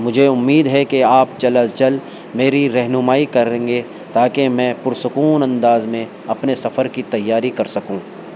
مجھے امید ہے کہ آپ جلد از چلد میری رہنمائی کریں گے تاکہ میں پرسکون انداز میں اپنے سفر کی تیاری کر سکوں